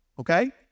okay